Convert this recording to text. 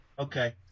Okay